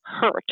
hurt